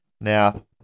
Now